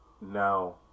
no